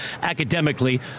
academically